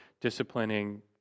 disciplining